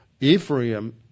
Ephraim